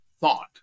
thought